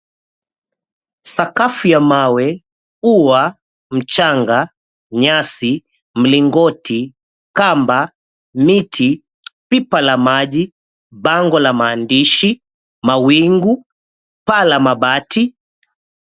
Sakafu ya mawe, ua, mchanga, nyasi, mlingoti, kamba, miti, pipa la maji, bango la maandishi, mawingu, paa la mabati.